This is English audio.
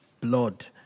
blood